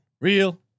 real